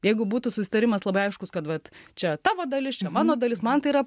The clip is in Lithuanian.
jeigu būtų susitarimas labai aiškus kad vat čia tavo dalis čia mano dalis man tai yra